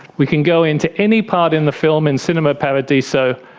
we can go into any part in the film in cinema paradiso,